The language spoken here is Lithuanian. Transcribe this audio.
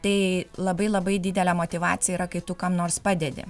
tai labai labai didelė motyvacija yra kai tu kam nors padedi